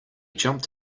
jumped